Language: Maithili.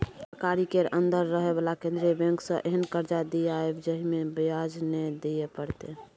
सरकारी केर अंदर रहे बला केंद्रीय बैंक सँ एहेन कर्जा दियाएब जाहिमे ब्याज नै दिए परतै